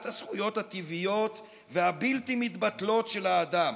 הזכויות הטבעיות והבלתי-מתבטלות של האדם.